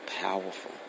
powerful